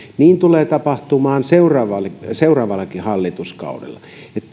niin tulee tapahtumaan seuraavallakin seuraavallakin hallituskaudella